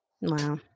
Wow